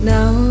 Now